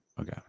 okay